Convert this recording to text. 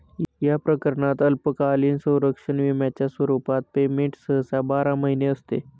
या प्रकरणात अल्पकालीन संरक्षण विम्याच्या स्वरूपात पेमेंट सहसा बारा महिने असते